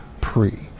Pre